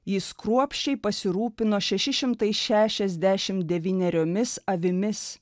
jis kruopščiai pasirūpino šeši šimtai šešiasdešim devyneriomis avimis